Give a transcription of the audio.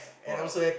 !wah!